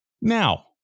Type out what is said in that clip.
now